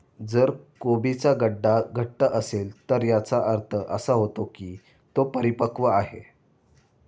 जर कोबीचा गड्डा घट्ट असेल तर याचा अर्थ असा होतो की तो परिपक्व आहे